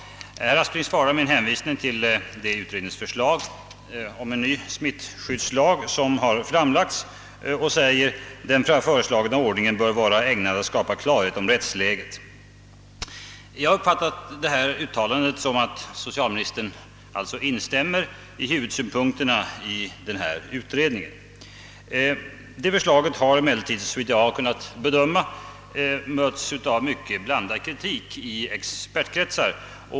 Herr Aspling svarar med en hänvisning till det utredningsförslag om ny smittskyddslag som har framlagts och anför: »Den föreslagna ordningen bör vara ägnad att skapa klarhet om rättsläget.» Jag har uppfattat detta uttalande så, att socialministern alltså instämmer i huvudsynpunkterna i denna utredning. Det förslaget har emellertid, såvitt jag har kunnat bedöma, mötts av mycket blandad kritik i expertkretsar.